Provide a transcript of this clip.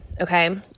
Okay